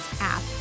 app